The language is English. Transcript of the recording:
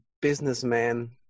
businessman